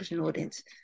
audience